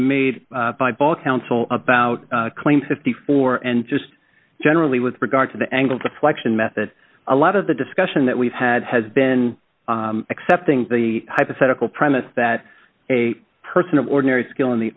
made by both counsel about claim fifty four and just generally with regard to the angle deflection method a lot of the discussion that we've had has been accepting the hypothetical premise that a person of ordinary skill in the